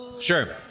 Sure